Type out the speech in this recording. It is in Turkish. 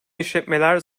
işletmeler